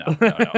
No